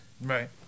right